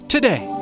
Today